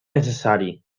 necessari